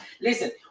listen